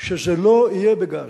שזה לא יהיה בגז.